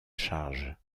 charge